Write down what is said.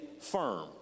firm